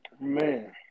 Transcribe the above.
Man